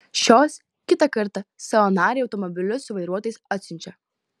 šios kitą kartą savo narei automobilius su vairuotojais atsiunčia